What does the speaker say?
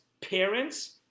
parents